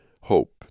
hope